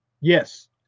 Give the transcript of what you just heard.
Yes